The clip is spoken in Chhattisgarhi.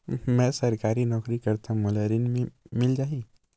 मै सरकारी नौकरी करथव मोला ऋण मिल जाही?